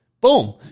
boom